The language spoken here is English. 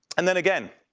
and then again,